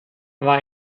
war